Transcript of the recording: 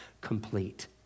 complete